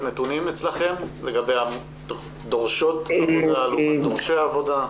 נתונים אצלכם לגבי דורשות עבודה לעומת דורשי עבודה?